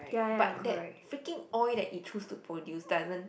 but that freaking oil that it chose to produce doesn't